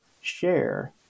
share